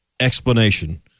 explanation